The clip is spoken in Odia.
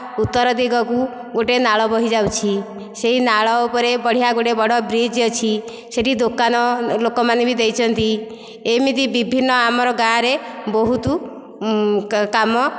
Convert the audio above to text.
ଉତ୍ତର ଦିଗକୁ ଗୋଟିଏ ନାଳ ବୋହି ଯାଉଛି ସେହି ନାଳ ଉପରେ ବଢିଆ ଗୋଟେ ବଡ ବ୍ରିଜ ଅଛି ସେଠି ଦୋକାନ ଲୋକମାନେ ବି ଦେଇଛନ୍ତି ଏମିତି ବିଭିନ୍ନ ଆମର ଗାଁରେ ବହୁତ କାମ